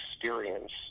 experience